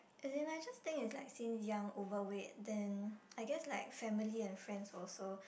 as in I just think is like since young overweight then I guess like family and friends also